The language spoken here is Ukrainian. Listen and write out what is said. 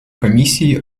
комісії